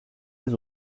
des